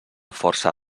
força